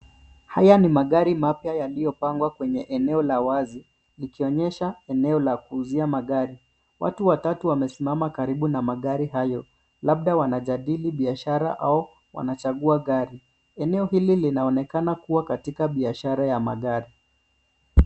Haya ni magari mapya yaliyopangwa kwenye eneo la wazi, likionyesha eneo la kuuzia magari. Watu watatu wamesimama karibu na magari hayo labdha wanajadili biashara au wanachagua gari. Eneo hili linaonekana kuwa katika biashara ya magari.